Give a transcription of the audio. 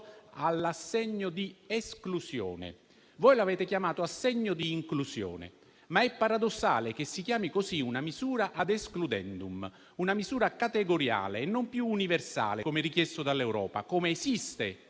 all'assegno di esclusione. Voi l'avete chiamato assegno di inclusione, ma è paradossale che si chiami così una misura *ad excludendum*,una misura categoriale e non più universale come richiesto dall'Europa e come esiste